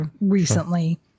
recently